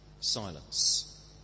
silence